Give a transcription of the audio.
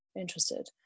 interested